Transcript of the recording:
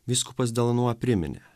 vyskupas de lanua priminė